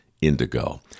indigo